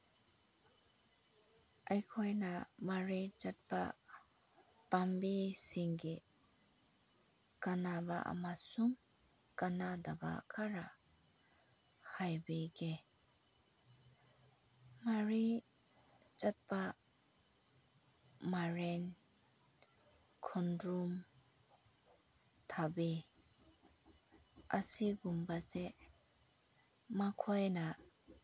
ꯑꯩꯈꯣꯏꯅ ꯃꯔꯤ ꯆꯠꯄ ꯄꯥꯝꯕꯤꯁꯤꯡꯒꯤ ꯀꯥꯟꯅꯕ ꯑꯃꯁꯨꯡ ꯀꯥꯟꯅꯗꯕ ꯈꯔ ꯍꯥꯏꯕꯤꯒꯦ ꯃꯔꯤ ꯆꯠꯄ ꯃꯥꯏꯔꯦꯟ ꯈꯣꯡꯗ꯭ꯔꯨꯝ ꯊꯕꯤ ꯑꯁꯤꯒꯨꯝꯕꯁꯦ ꯃꯈꯣꯏꯅ